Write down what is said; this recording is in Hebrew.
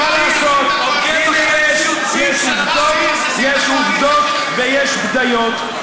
מה לעשות, יש עובדות ויש בדיות.